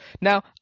Now